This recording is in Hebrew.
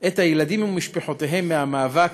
את הילדים ומשפחותיהם מהמאבק,